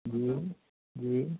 ਜੀ ਜੀ